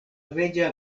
reĝa